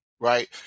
right